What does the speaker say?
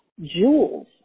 jewels